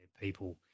people